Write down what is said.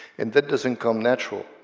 and that doesn't come natural,